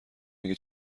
اگه